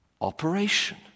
operation